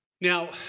Now